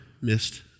missed